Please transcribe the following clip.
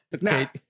Now